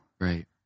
right